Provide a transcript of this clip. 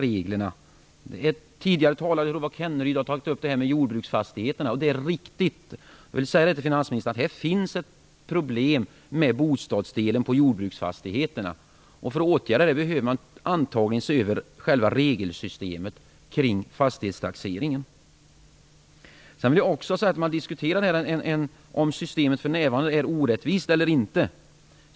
En tidigare talare - jag tror det var Rolf Kenneryd - har berört frågan om jordbruksfastigheterna. Jag vill säga till finansministern att det är riktigt att det finns ett problem med bostadsdelen på jordbruksfastigheterna. För att åtgärda det behöver man antagligen se över själva regelsystemet kring fastighetstaxeringen. Man diskuterar om systemet för närvarande är orättvist eller inte.